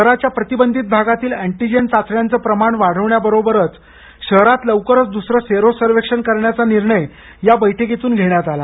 शहराच्या प्रतिबंधित भागातील अँटीजेन चाचण्यांच प्रमाण वाढवण्याबरोबरच शहरात लवकरच दुसरं सेरो सर्वेक्षण करण्याचा निर्णय या बैठकीतून घेण्यात आला